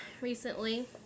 recently